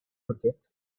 forget